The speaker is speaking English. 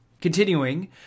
continuing